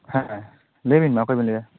ᱦᱮᱸ ᱞᱟᱹᱭᱵᱮᱱ ᱢᱟ ᱚᱠᱚᱭ ᱵᱮᱱ ᱞᱟᱹᱭᱮᱫᱟ